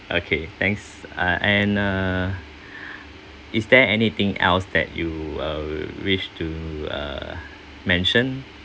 okay thanks ah and uh is there anything else that you uh wish to uh mention